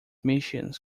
missions